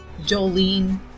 Jolene